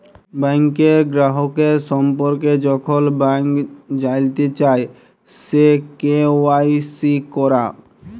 ব্যাংকের গ্রাহকের সম্পর্কে যখল ব্যাংক জালতে চায়, সে কে.ওয়াই.সি ক্যরা